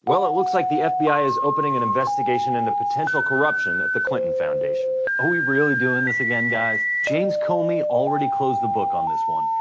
well, it looks like the fbi is opening an investigation into potential corruption at the clinton foundation. are we really doing this again, guys? james comey already closed the book on this one.